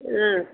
ஆ